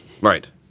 Right